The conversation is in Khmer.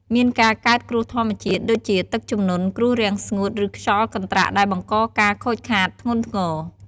មានការកើតគ្រោះធម្មជាតិ ដូចជាទឹកជំនន់ គ្រោះរាំងស្ងួត ឬខ្យល់កន្ត្រាក់ដែលបង្កការខូចខាតធ្ងន់ធ្ងរ។